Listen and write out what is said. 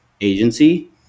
agency